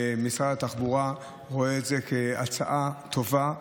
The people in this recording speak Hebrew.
משרד התחבורה רואה את זה כהצעה טובה.